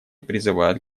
призывают